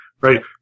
Right